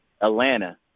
Atlanta